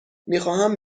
میخواهم